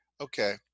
Okay